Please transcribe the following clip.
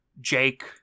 Jake